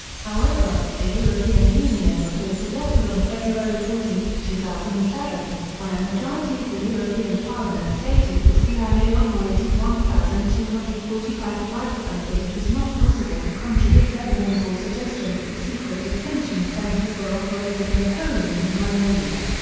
however, a european union report adopted on february fourteen, two thousand and seven, by a majority of the european parliament stated the cia operated one thousand two hundred and forty five flights and that it was not possible to contradict evidence or suggestions that secret detention centers were operated in poland and romania.